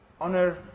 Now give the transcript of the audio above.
honor